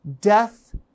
Death